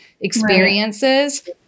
experiences